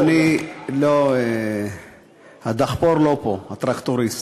אדוני, הדחפור לא פה, הטרקטוריסט.